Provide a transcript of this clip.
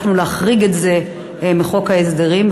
הצלחנו להחריג את זה מחוק ההסדרים,